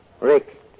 Rick